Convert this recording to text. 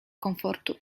komfortu